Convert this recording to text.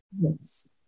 Yes